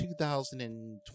2020